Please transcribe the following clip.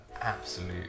absolute